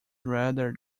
rather